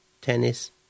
tennis